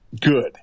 good